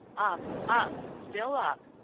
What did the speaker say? up up still up!